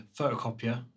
photocopier